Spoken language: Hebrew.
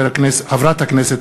הצעת ועדת הכנסת